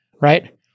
right